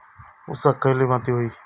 ऊसाक खयली माती व्हयी?